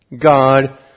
God